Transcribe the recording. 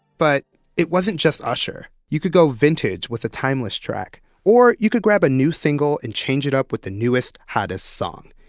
but it wasn't just usher. you could go vintage with a timeless track or you could grab a new single and change it up with the newest, hottest song.